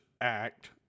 act